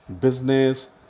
business